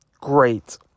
great